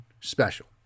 special